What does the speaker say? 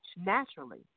Naturally